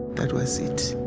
that was it.